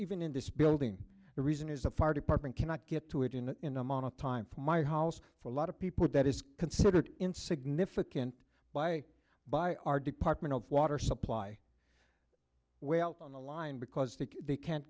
even in this building the reason is the fire department cannot get to it in in amount of time from my house for a lot of people that is considered in significant by by our department of water supply way out on the line because they can't